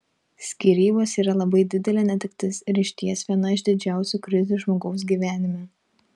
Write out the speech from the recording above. skyrybos yra labai didelė netektis ir išties viena iš didžiausių krizių žmogaus gyvenime